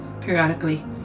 periodically